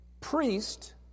priest